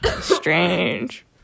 strange